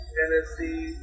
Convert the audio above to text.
Tennessee